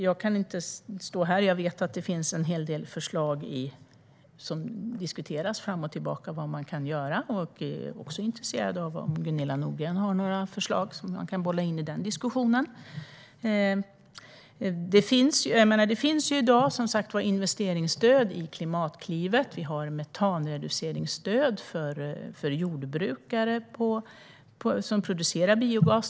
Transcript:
Jag vet att det finns en hel del förslag på vad man kan göra som diskuteras fram och tillbaka. Jag är också intresserad av om Gunilla Nordgren har några förslag som kan bollas in i den diskussionen. Det finns som sagt i dag investeringsstöd genom Klimatklivet, och vi har metanreduceringsstöd för jordbrukare som producerar biogas.